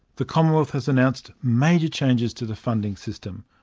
the commonwealth has announced major changes to the funding system.